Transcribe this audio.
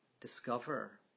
discover